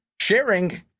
sharing